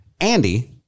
Andy